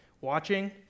watching